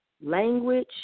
language